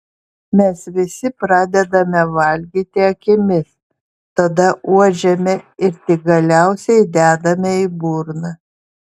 mes visi pradedame valgyti akimis tada uodžiame ir tik galiausiai dedame į burną